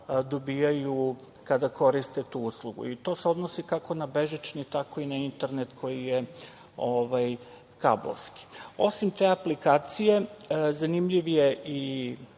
dobijaju kada koriste tu uslugu. To se odnosi kako na bežični, tako i na internet koji je kablovski. Osim te aplikacije, zanimljiv je i